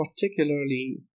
particularly